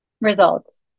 Results